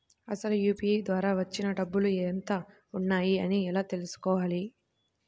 అసలు యూ.పీ.ఐ ద్వార వచ్చిన డబ్బులు ఎంత వున్నాయి అని ఎలా తెలుసుకోవాలి?